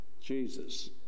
Jesus